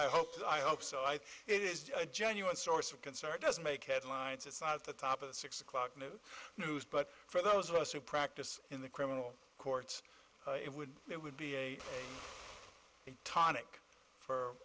i hope i hope so i think it is genuine source of concern doesn't make headlines at the top of the six o'clock news news but for those of us who practice in the criminal courts it would it would be a tonic for